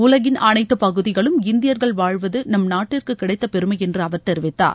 உலகின் அனைத்து பகுதிகளும் இந்தியர்கள் வாழ்வது நம் நாட்டிற்கு கிடைத்த் பெருமை என்று அவர் கெரிவித்தார்